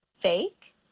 fake